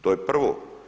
To je prvo.